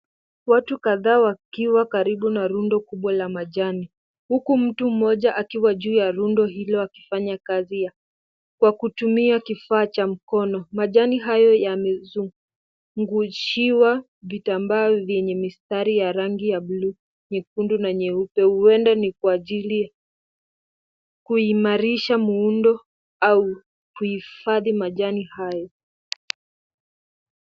Watu kadhaa wakiwa karibu na rundo kubwa la majani huku mtu mmoja akiwa juu ya rundo hilo akifanya kazi kwa kutumia kifaa cha mkono. Majani hayo yamezungishiwa vitambaa vyenye mistari ya rangi ya buluu , nyekundu na nyeupe. Huenda ni kwa ajili ya kuimarisha muundo au kuhifadhi majani hayo.